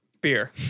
Beer